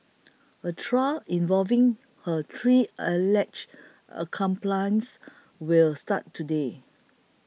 a trial involving her three alleged accomplices will start today